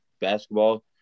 basketball